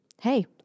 Hey